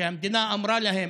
המדינה אמרה להם: